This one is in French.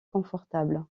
confortable